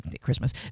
Christmas